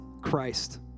Christ